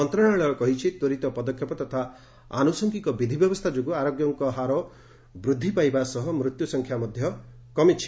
ମନ୍ତ୍ରଣାଳୟ କହିଛି ତ୍ୱରିତ ପଦକ୍ଷେପ ତଥା ଆନୁଷଙ୍ଗିକ ବିଧିବ୍ୟବସ୍ଥା ଯୋଗୁଁ ଆରୋଗ୍ୟଙ୍କ ହାର ବୃଦ୍ଧି ପାଇବା ସହ ମୃତ୍ୟୁ ସଂଖ୍ୟା ମଧ୍ୟ କମିଛି